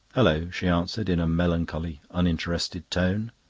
hullo! she answered in a melancholy, uninterested tone.